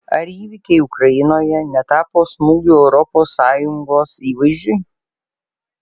ar įvykiai ukrainoje netapo smūgiu europos sąjungos įvaizdžiui